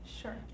Sure